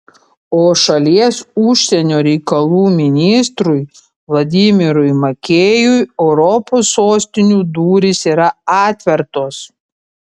o šalies užsienio reikalų ministrui vladimirui makėjui europos sostinių durys yra atvertos